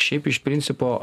šiaip iš principo